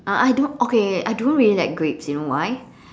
uh I don't okay I don't really like grapes you know why